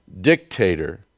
dictator